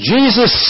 Jesus